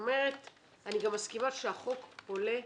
גם מסכימה שהחוק עולה